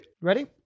Ready